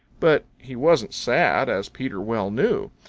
but he wasn't sad, as peter well knew.